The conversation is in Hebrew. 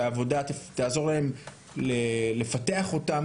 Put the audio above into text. שהעבודה תעזור לפתח אותם,